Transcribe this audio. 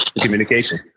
communication